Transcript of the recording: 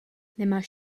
nemáš